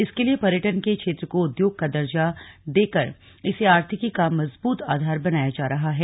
इसके लिये पर्यटन के क्षेत्र को उद्योग का दर्जा देकर इसे आर्थिकी का मजबूत आधार बनाया जा रहा है